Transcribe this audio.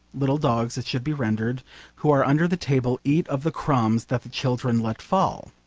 little dogs it should be rendered who are under the table eat of the crumbs that the children let fall.